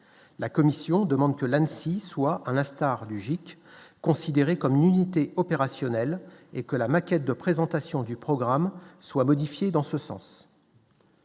la commission demande que l'ainsi soit à la Star du GIC, considéré comme une unité opérationnelle et que la maquette de présentation du programme soit modifié dans ce sens.